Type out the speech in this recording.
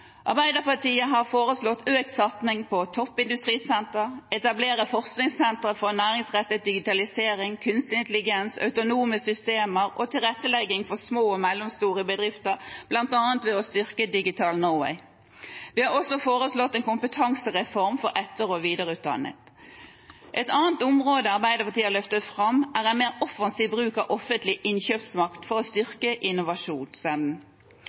Arbeiderpartiet har foreslått økt satsing på toppindustrisentre, å etablere forskningssentre for næringsrettet digitalisering, kunstig intelligens, autonome systemer og tilrettelegging for små og mellomstore bedrifter, bl.a. ved å styrke DigitalNorway. Vi har også foreslått en kompetansereform for etter- og videreutdanning. Et annet område Arbeiderpartiet har løftet fram, er en mer offensiv bruk av offentlig innkjøpsmakt for å styrke innovasjonsevnen.